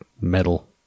metal